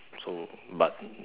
so but